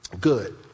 good